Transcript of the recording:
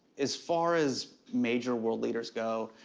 as far as major world leaders go.